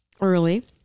early